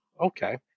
Okay